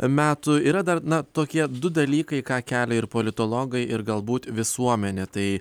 metų yra dar na tokie du dalykai ką kelia ir politologai ir galbūt visuomenė tai